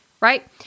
right